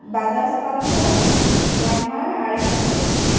Bajaj pulsar Yamaha RX hundred